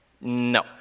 No